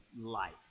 life